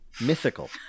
Mythical